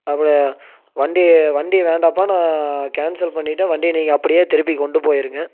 அப்படியா வண்டி வண்டி வந்து வேண்டாம்பா நான் கேன்செல் பண்ணிவிட்டேன் வண்டியை நீங்கள் அப்படியே திருப்பி கொண்டு போயிருங்கள்